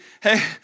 Hey